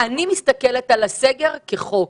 אני מסתכלת על הסגר כחוק.